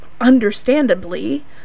understandably